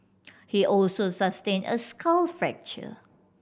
he also sustained a skull fracture